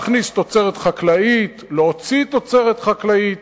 להכניס תוצרת חקלאית, להוציא תוצרת חקלאית.